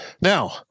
Now